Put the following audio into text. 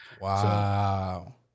wow